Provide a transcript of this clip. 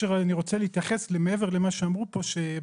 מעבר למה שאמרו פה,